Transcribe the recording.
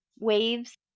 waves